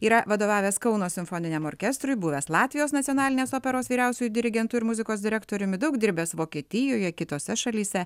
yra vadovavęs kauno simfoniniam orkestrui buvęs latvijos nacionalinės operos vyriausiuoju dirigentu ir muzikos direktoriumi daug dirbęs vokietijoje kitose šalyse